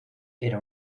era